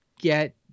get